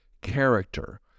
character